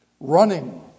running